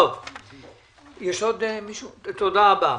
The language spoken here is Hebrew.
תודה רבה.